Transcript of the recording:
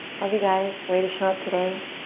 love you guys. way to show up today.